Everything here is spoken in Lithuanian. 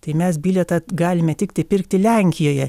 tai mes bilietą galime tiktai pirkti lenkijoje